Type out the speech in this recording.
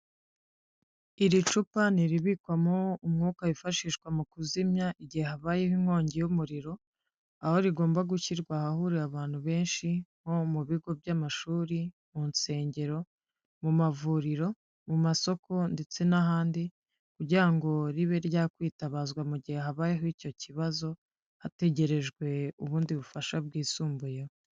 Iri cupa ni iribikwamo umwuka wifashishwa mu kuzimya igihe habayeho inkongi y'umuriro, aho rigomba gushyirwa ahahurira abantu benshi nko mu bigo by'amashuri, mu nsengero, mu mavuriro, mu masoko ndetse n'ahandi kugira ngo ribe ryakwitabazwa mu gihe habayeho icyo kibazo hategerejwe ubundi bufasha bwisumbuye.